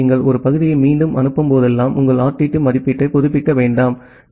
ஆகவே நீங்கள் ஒரு பகுதியை மீண்டும் அனுப்பும் போதெல்லாம் உங்கள் RTT மதிப்பீட்டை புதுப்பிக்க வேண்டாம்